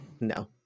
no